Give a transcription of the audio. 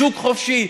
לשוק חופשי,